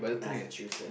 Massachusetts